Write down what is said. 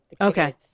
Okay